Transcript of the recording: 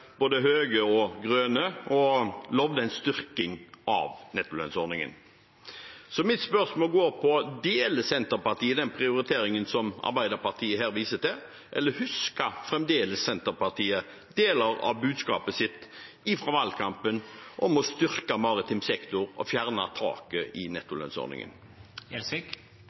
både høye og grønne og lovet en styrking av nettolønnsordningen. Så mitt spørsmål er: Deler Senterpartiet den prioriteringen som Arbeiderpartiet her viser til, eller husker fremdeles Senterpartiet deler av budskapet sitt fra valgkampen om å styrke maritim sektor og fjerne taket i